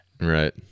Right